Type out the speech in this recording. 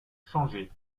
changé